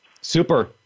Super